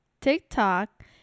tiktok